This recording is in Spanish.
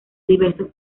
diversos